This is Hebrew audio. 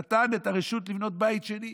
נתן את הרשות לבנות בית שני.